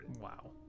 Wow